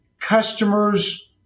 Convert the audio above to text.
customers